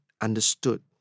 understood